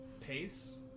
pace